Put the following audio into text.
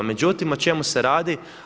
Međutim, o čemu se radi?